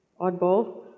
oddball